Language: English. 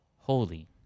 holy